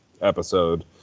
episode